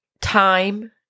Time